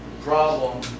problem